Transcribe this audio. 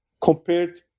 compared